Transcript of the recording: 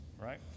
right